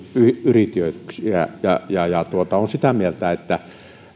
yrityksiä niin olen sitä mieltä että